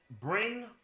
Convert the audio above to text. bring